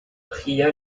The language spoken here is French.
pria